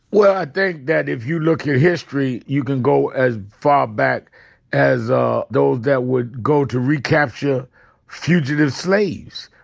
well, i think that if you look at history, you can go as far back as ah those that would go to recapture fugitive slaves.